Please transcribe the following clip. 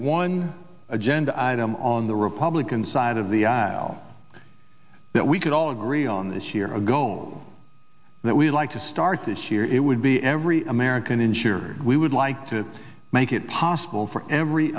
one agenda item on the republican side of the aisle that we could all agree on this year ago that we would like to start this year it would be every american insured we would like to make it possible for every